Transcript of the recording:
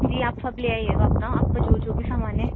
جی آپ سب لے آئیے گا اپنا آپ کا جو جو بھی سامان ہے